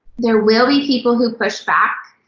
there will be people who push back,